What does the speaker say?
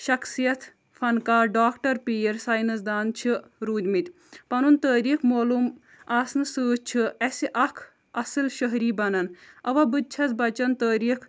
شَخصِیَت فَنکار ڈاکٹَر پیٖر ساینَس دان چھِ روٗدۍمٕتۍ پَنُن تٲریٖخ مولوٗم آسنہٕ سۭتۍ چھُ اَسہِ اَکھ اَصٕل شہری بَنان اَوا بہٕ تہِ چھَس بَچَن تٲریٖخ